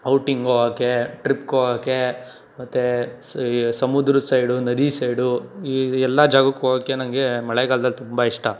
outing ಹೋಗಕ್ಕೆ ಟ್ರಿಪ್ಗೆ ಹೋಗಕ್ಕೆ ಮತ್ತು ಸಮುದ್ರದ ಸೈಡು ನದಿ ಸೈಡು ಈ ಎಲ್ಲ ಜಾಗಕ್ಕೆ ಹೋಗಕ್ಕೆ ನನಗೆ ಮಳೆಗಾಲ್ದಲ್ಲಿ ತುಂಬ ಇಷ್ಟ